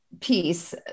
piece